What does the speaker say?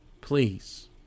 Please